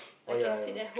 oh ya I know